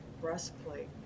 breastplate